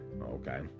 okay